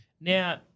Now